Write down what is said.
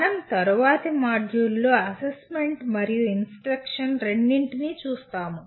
మనం తరువాత మాడ్యూళ్ళలో అసెస్మెంట్ మరియు ఇన్స్ట్రక్షన్ రెండింటినీ చూస్తాము